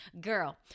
girl